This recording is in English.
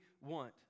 want